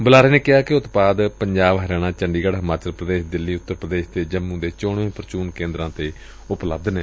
ਬੁਲਾਰੇ ਨੇ ਦਸਿਆ ਕਿ ਉਤਪਾਦ ਪੰਜਾਬ ਹਰਿਆਣਾ ਚੰਡੀਗੜ ਹਿਮਾਚਲ ਪ੍ਰਦੇਸ਼ ਦਿੱਲੀ ਉਤਰ ਪ੍ਰਦੇਸ਼ ਅਤੇ ਜੰਮੁ ਦੇ ਚੋਣਵੇਂ ਪ੍ਰਚੁਨ ਕੇਂਦਰਾਂ ਤੇ ਉਪਲਬਧ ਨੇ